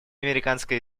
американской